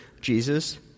Jesus